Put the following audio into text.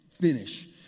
finish